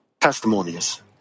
testimonies